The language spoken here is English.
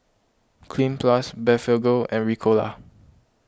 Cleanz Plus Blephagel and Ricola